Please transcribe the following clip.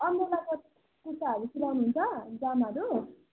umbrella cut कुर्ताहरू सिलाउनुहुन्छ जामाहरू